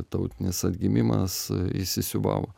tautinis atgimimas įsisiūbavo